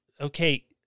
okay